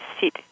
sit